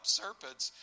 serpents